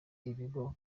ibigo